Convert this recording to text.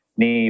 ni